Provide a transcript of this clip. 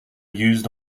used